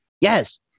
Yes